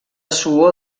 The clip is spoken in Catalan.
suor